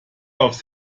aufs